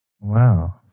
Wow